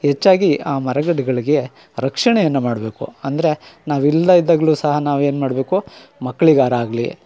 ಹೆಚ್ಚಾಗಿ ಆ ಮರಗಿಡಗಳಿಗೆ ರಕ್ಷಣೆಯನ್ನು ಮಾಡಬೇಕು ಅಂದರೆ ನಾವು ಇಲ್ಲದೆ ಇದ್ದಾಗಲು ಸಹ ನಾವು ಏನು ಮಾಡಬೇಕು ಮಕ್ಳಿಗಾರ ಆಗಲಿ